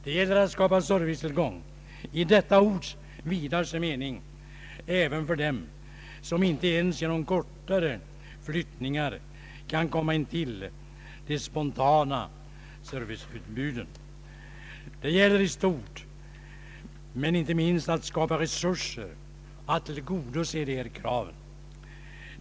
Det gäller att skapa servicetillgång i detta ords vidaste mening även för dem som inte ens genom kortare flyttningar kan komma intill de spontana serviceutbuden. Det gäller sist men inte minst att skapa resurser att tillgodose dessa krav.